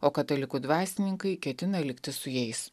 o katalikų dvasininkai ketina likti su jais